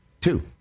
two